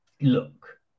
look